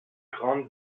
grandes